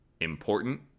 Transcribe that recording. important